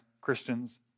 Christians